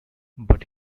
but